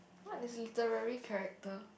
what is literary characters